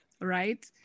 right